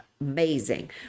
amazing